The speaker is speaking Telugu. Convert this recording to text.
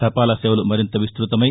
తపాలా సేవలు మరింత విస్తుతమై